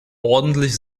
ordentlich